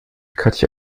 katja